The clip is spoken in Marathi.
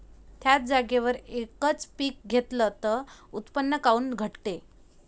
थ्याच जागेवर यकच पीक घेतलं त उत्पन्न काऊन घटते?